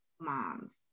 moms